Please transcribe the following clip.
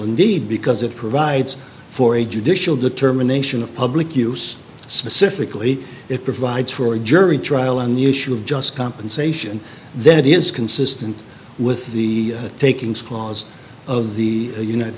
indeed because it provides for a judicial determination of public use specifically it provides for a jury trial on the issue of just compensation that is consistent with the